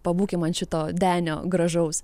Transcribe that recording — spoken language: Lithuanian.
pabūkim ant šito denio gražaus